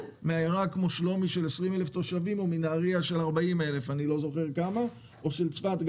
שיגיעו לשם רק משלומי, נהרייה או צפת.